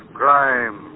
crime